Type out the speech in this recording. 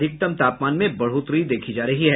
अधिकतम तापमान में बढ़ोतरी देखी जा रही है